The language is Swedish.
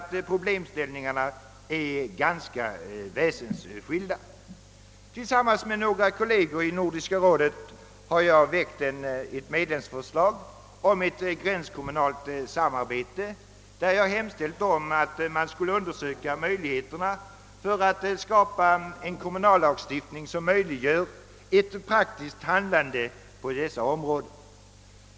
Tillsammans med några kolleger i Nordiska rådet har jag framlagt ett medlemsförslag om ett gränskommunalt samarbete, varvid jag hemställt att man skulle undersöka möjligheterna att skapa en kommunallagstiftning som möjliggör ett praktiskt handlande på dessa områden.